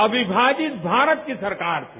अविभाजित भारत की सरकार थी